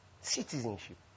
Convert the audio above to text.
Citizenship